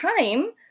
time